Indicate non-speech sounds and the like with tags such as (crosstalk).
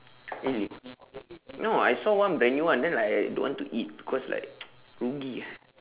really no I saw one brand new one then like I don't want to eat cause like (noise) rugi ah